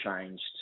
changed